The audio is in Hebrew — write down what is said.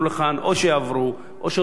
או שיעברו או שלא יעברו.